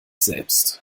selbst